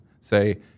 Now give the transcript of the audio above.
say